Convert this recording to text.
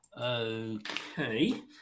Okay